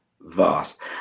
vast